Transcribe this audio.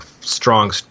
strong